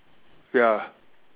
ya